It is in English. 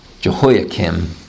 Jehoiakim